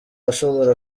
ashobora